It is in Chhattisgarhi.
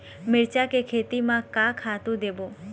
मिरचा के खेती म का खातू देबो?